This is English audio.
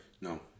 No